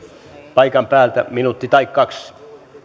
paikan päältä minuutti tai kaksi